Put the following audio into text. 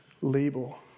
label